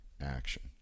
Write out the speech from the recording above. action